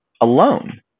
alone